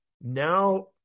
now